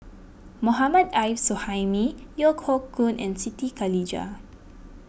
Mohammad Arif Suhaimi Yeo Hoe Koon and Siti Khalijah